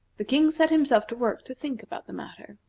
the king set himself to work to think about the matter.